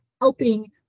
helping